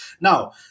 Now